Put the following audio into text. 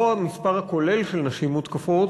לא המספר הכולל של נשים מותקפות,